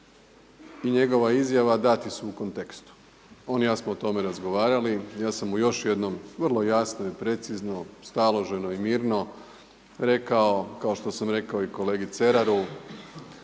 i njegova izjava dati su u kontekstu. On i ja smo o tome razgovarali. Ja sam mu još jednom vrlo jasno i precizno, staloženo i mirno rekao kao što sam rekao i kolegi Ceraru